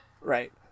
right